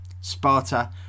Sparta